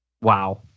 Wow